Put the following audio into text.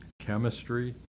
chemistry